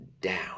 down